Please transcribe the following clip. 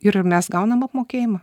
ir mes gaunam apmokėjimą